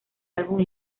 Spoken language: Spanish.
álbum